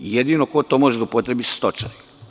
Jedino ko to može da upotrebi su stočari.